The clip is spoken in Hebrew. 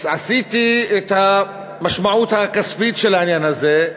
חישבתי את המשמעות הכספית של העניין הזה,